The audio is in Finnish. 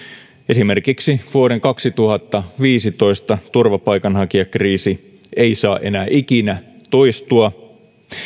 esimerkiksi vuoden kaksituhattaviisitoista turvapaikanhakijakriisi ei saa enää ikinä toistua